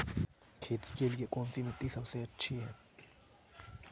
खेती के लिए कौन सी मिट्टी सबसे अच्छी है?